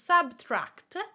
subtract